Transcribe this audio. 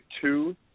two